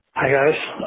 hi guys.